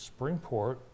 Springport